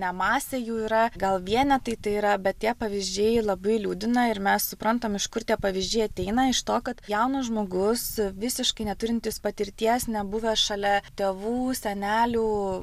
ne masė jų yra gal vienetai tai yra bet tie pavyzdžiai labai liūdina ir mes suprantam iš kur tie pavyzdžiai ateina iš to kad jaunas žmogus visiškai neturintis patirties nebuvęs šalia tėvų senelių